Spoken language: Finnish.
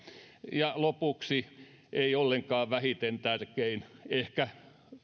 ja lopuksi ei ollenkaan vähiten tärkein ehkä